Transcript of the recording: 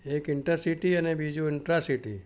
એક ઇન્ટરસિટી અને બીજુ ઇન્ટ્રાસિટી